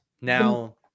Now